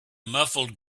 muffled